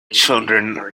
children